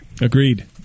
Agreed